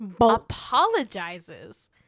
apologizes